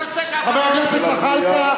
חבר הכנסת זחאלקה,